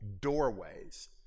doorways